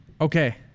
Okay